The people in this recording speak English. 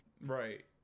Right